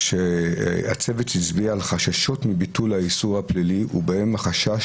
הצוות שהצביע על חששות מביטול האיסור הפלילי ובהם החשש